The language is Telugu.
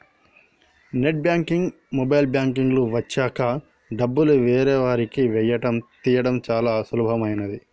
నెట్ బ్యాంకింగ్, మొబైల్ బ్యాంకింగ్ లు వచ్చాక డబ్బులు వేరొకరికి వేయడం తీయడం చాలా సులభమైనది